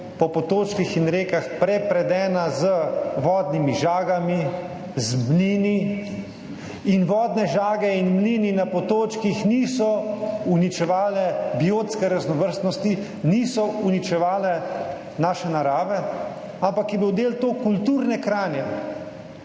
po potočkih in rekah prepredena z vodnimi žagami, z mlini, in vodne žage in mlini na potočkih niso uničevali biotske raznovrstnosti, niso uničevali naše narave, ampak je bil to del kulturne krajine,